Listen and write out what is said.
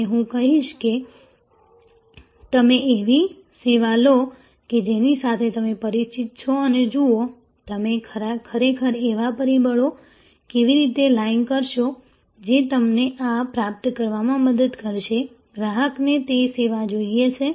અને હું કહીશ કે તમે એવી સેવા લો કે જેની સાથે તમે પરિચિત છો અને જુઓ તમે ખરેખર એવા પરિબળોને કેવી રીતે લાઇન કરશો જે તમને આ પ્રાપ્ત કરવામાં મદદ કરશે ગ્રાહકને તે સેવા જોઈએ છે